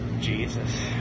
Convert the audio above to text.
Jesus